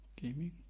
gaming